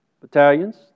battalions